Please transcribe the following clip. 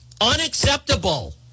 Unacceptable